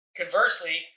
conversely